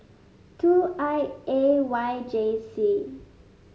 two I A Y J C